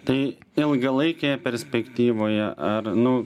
tai ilgalaikėje perspektyvoje ar nu